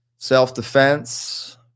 self-defense